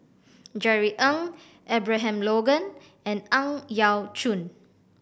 Jerry Ng Abraham Logan and Ang Yau Choon